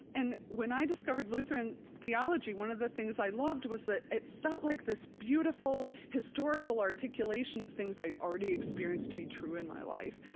and when i discovered lutheran theology, one of the things i loved was that it felt like this beautiful, historical articulation of things that i'd already experienced to be true in my life,